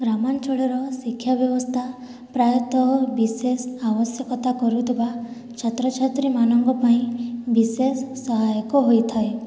ଗ୍ରାମାଞ୍ଚଳର ଶିକ୍ଷା ବ୍ୟବସ୍ଥା ପ୍ରାୟତଃ ବିଶେଷ ଆବଶ୍ୟକତା କରୁଥିବା ଛାତ୍ରଛାତ୍ରୀମାନଙ୍କ ପାଇଁ ବିଶେଷ ସହାୟକ ହୋଇଥାଏ